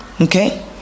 Okay